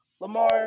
lamar